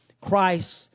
Christ